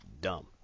dumb